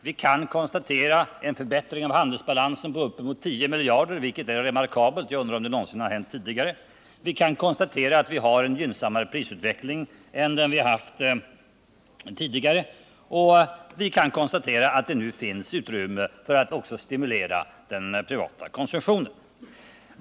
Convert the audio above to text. Vi kan konstatera en förbättring av handelsbalansen på uppemot 10 miljarder, vilket är remarkabelt. Jag undrar om det någonsin har hänt tidigare. Vi kan konstatera att vi har en gynnsammare prisutveckling än tidigare och att det nu finns utrymme för att också stimulera den privata konsumtionen.